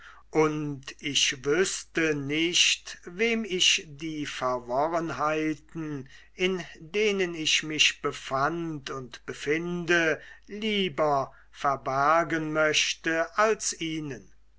und ich wüßte nicht wem ich die verworrenheiten in denen ich mich befand und befinde lieber verbergen möchte als ihnen